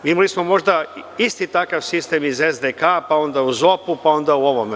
Imali smo možda isti takav sistem iz ZDK, pa onda u ZOP-u, pa onda u ovome.